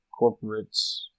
corporates